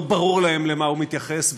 לא ברור להם למה הוא מתייחס,